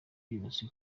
yose